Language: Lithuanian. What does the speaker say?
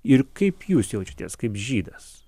ir kaip jūs jaučiatės kaip žydas